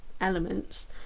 elements